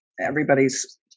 everybody's